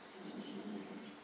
mm